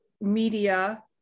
media